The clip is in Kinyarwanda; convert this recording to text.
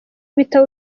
bitabo